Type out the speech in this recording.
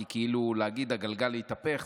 כי להגיד הגלגל יתהפך,